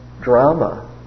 drama